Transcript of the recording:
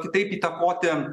kitaip įtakoti